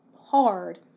hard